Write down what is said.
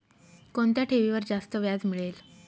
कोणत्या ठेवीवर जास्त व्याज मिळेल?